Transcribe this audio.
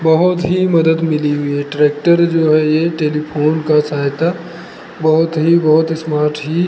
बहुत ही मदद मिली हुई है ट्रैक्टर जो है ये टेलीफोन का सहायता बहुत ही बहुत इस्मार्ट ही